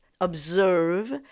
observe